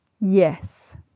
Yes